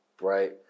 right